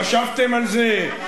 חשבתם על זה?